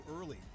early